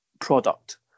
product